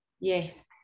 Yes